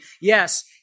Yes